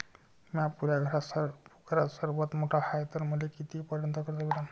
म्या पुऱ्या घरात सर्वांत मोठा हाय तर मले किती पर्यंत कर्ज भेटन?